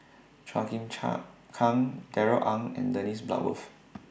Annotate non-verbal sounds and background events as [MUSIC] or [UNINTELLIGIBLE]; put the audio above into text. Chua Chim [UNINTELLIGIBLE] Kang Darrell Ang and Dennis Bloodworth